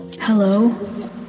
Hello